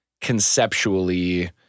conceptually